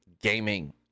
Gaming